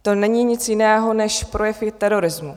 To není nic jiného než projevy terorismu.